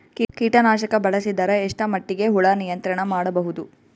ಕೀಟನಾಶಕ ಬಳಸಿದರ ಎಷ್ಟ ಮಟ್ಟಿಗೆ ಹುಳ ನಿಯಂತ್ರಣ ಮಾಡಬಹುದು?